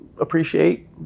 appreciate